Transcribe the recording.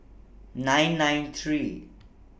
nine nine three